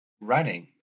running